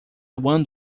one